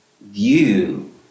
view